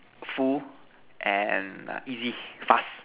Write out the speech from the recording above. full and easy fast